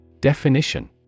Definition